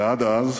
ועד אז,